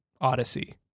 odyssey